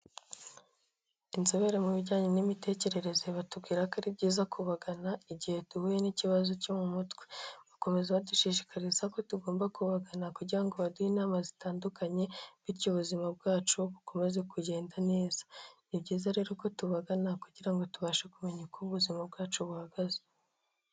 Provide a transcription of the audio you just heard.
Inzobere mu bijyanye n'imitekerereze batubwira ko ari byiza kubagana, igihe duhuye n'ikibazo cyo mu mutwe, bakomeza badushishikariza ko tugomba kubagana kugira ngo baduhe inama zitandukanye, bityo ubuzima bwacu bukomeze kugenda neza, ni byiza rero ko tubagana, kugira ngo tubashe kumenya uko ubuzima bwacu buhagaze.